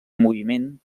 moviment